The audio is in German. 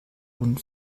und